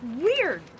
weird